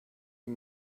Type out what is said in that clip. you